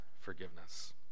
forgiveness